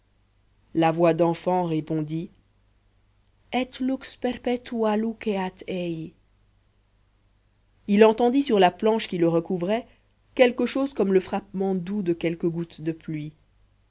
la voix d'enfant répondit et lux perpetua luceat ei il entendit sur la planche qui le recouvrait quelque chose comme le frappement doux de quelques gouttes de pluie